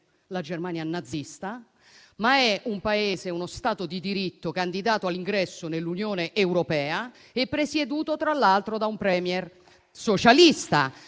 la Germania nazista, ma è un Paese, uno Stato di diritto candidato all'ingresso nell'Unione europea e presieduto, tra l'altro, da un *Premier* socialista;